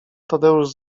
tadeusz